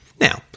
Now